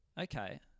Okay